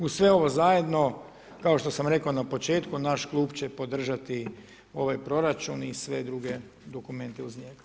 Uz sve ovo zajedno, kao što sam rekao na početku, naš Klub će podržati ovaj proračun i sve druge dokumente uz njega.